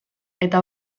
eta